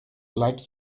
like